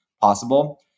possible